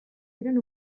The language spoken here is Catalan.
tenen